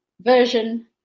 version